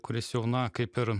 kuris jau na kaip ir